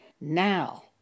now